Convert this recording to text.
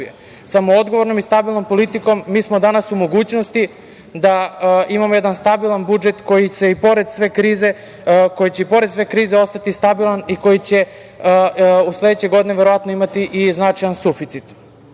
odgovornom i stabilnom politikom mi smo danas u mogućnosti da imamo jedan stabilan budžet koji će i pored sve krize ostati stabilan i koji će sledeće godine verovatno imati i značajan suficit. Ono